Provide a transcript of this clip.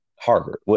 Harvard